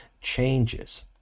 changes